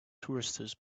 tourists